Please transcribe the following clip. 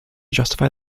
justify